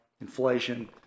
inflation